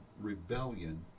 rebellion